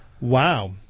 Wow